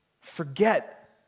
Forget